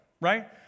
right